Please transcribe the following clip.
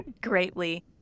greatly